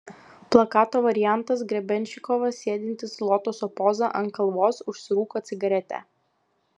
plakato variantas grebenščikovas sėdintis lotoso poza ant kalvos užsirūko cigaretę